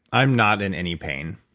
i'm not in any pain.